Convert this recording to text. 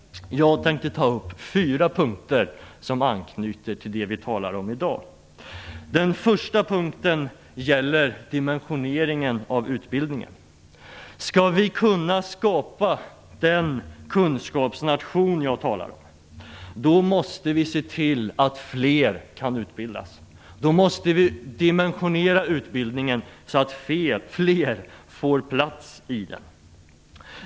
Jag tänkte ta upp fyra punkter som anknyter till det vi talar om i dag. Den första punkten gäller dimensioneringen av utbildningen. Skall vi kunna skapa den kunskapsnation jag talar om måste vi se till att fler kan utbildas. Vi måste dimensionera utbildningen så att fler får plats i den.